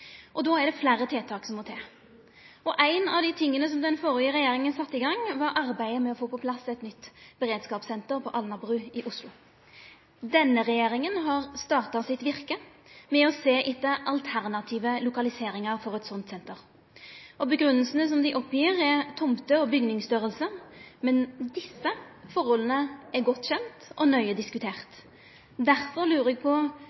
og samarbeid. Då er det fleire tiltak som må til. Eitt av dei tiltaka den førre regjeringa sette i gang, var arbeidet med å få på plass eit nytt beredskapssenter på Alnabru i Oslo. Denne regjeringa har starta sitt virke med å sjå etter alternative lokaliseringar for eit sånt senter. Grunngjevinga deira er tomte- og bygningsstorleik, men desse forholda er godt kjende og nøye diskuterte. Derfor lurer eg på